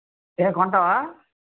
ఏమి కొంటావా